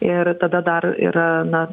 ir tada dar yra na